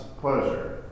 pleasure